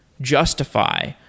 justify